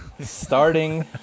Starting